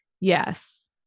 Yes